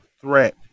threat